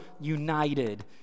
united